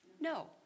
No